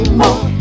more